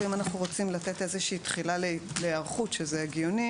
אם אנחנו רוצים לתת איזושהי תחילה של היערכות שזה הגיוני